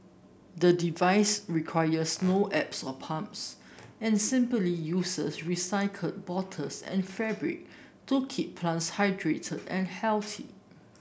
the device requires no apps or pumps and simply uses recycled bottles and fabric to keep plants hydrated and healthy